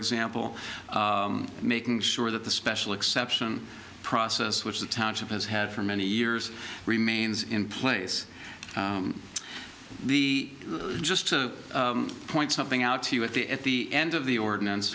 example making sure that the special exception process which the township has had for many years remains in place the just to point something out to you at the at the end of the ordinance